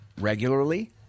regularly